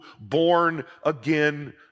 born-again